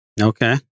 Okay